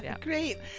great